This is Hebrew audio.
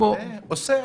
אוסר.